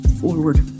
Forward